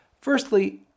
Firstly